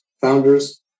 founders